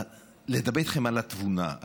לדבר איתכם על התבונה,